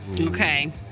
Okay